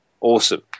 Awesome